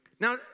Now